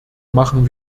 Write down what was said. machen